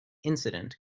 incident